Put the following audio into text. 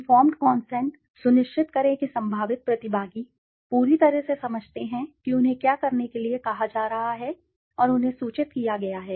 informed consent सुनिश्चित करें कि संभावित प्रतिभागी पूरी तरह से समझते हैं कि उन्हें क्या करने के लिए कहा जा रहा है और उन्हें सूचित किया गया है